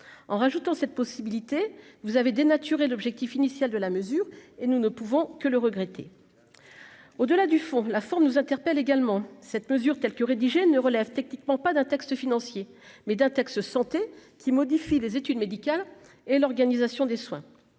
en rajoutant cette possibilité, vous avez dénaturé l'objectif initial de la mesure et nous ne pouvons que le regretter, au-delà du fond, la forme nous interpelle également cette mesure telle que rédigée ne relève techniquement pas d'un texte financier mais d'un texte santé qui modifie les études médicales et l'organisation des soins